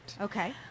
Okay